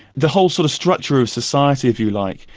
the whole sort of structure of society if you like,